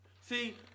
See